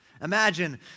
Imagine